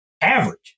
average